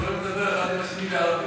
אתם יכולים לדבר אחד עם השני בערבית.